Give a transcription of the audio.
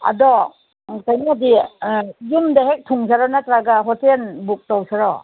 ꯑꯗꯣ ꯀꯩꯅꯣꯗꯤ ꯌꯨꯝꯗ ꯍꯦꯛ ꯊꯨꯡꯁꯤꯔ ꯅꯠꯇ꯭ꯔꯒ ꯍꯣꯇꯦꯜ ꯕꯨꯛ ꯇꯧꯁꯤꯔꯣ